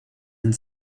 and